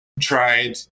Tried